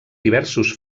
diversos